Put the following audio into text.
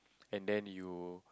and then you